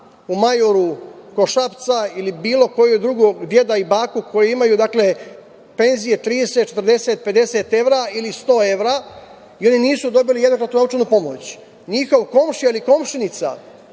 u Majoru kod Šapca ili bilo kog drugog dedu i baku koji imaju penzije 30, 40, 50 evra ili 100 evra i oni nisu dobili jednokratnu novčanu pomoć. Njihov komšija ili komšinica